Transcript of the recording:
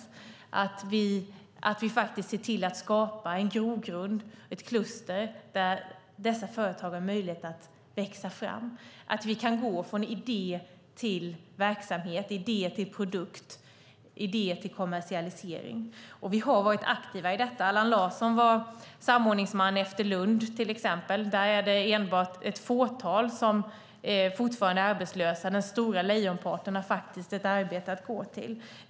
Det handlar om att vi faktiskt ser till att skapa en grogrund, ett kluster, där dessa företag har möjlighet att växa fram och att vi kan gå från idé till verksamhet, från idé till produkt och från idé till kommersialisering. Och vi har varit aktiva i detta. Allan Larsson var samordningsman efter det som hände i Lund, till exempel. Där är det enbart ett fåtal som fortfarande är arbetslösa. Lejonparten har faktiskt ett arbete att gå till.